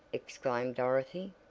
exclaimed dorothy.